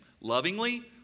Lovingly